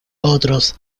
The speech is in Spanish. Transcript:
otros